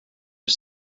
are